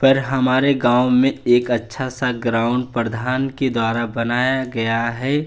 पर हमारे गाँव में एक अच्छा सा ग्राउन प्रधान के द्वारा बनाया गया है